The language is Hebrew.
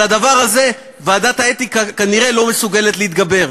על הדבר הזה ועדת האתיקה כנראה לא מסוגלת להתגבר.